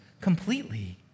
completely